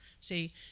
See